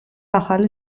ახალი